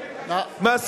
כולם חוזרים לקנוסה.